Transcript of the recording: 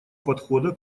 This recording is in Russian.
подхода